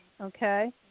okay